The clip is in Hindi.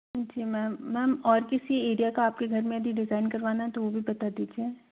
जी मेम मेम और किसी एरिया का आपके घर में यदि डिज़ाइन करवाना है तो वो भी बता दीजिए